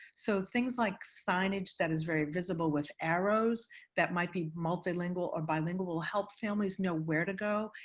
so things like signage that is very visible with arrows that might be multilingual or bilingual will help families know where to go,